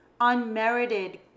unmerited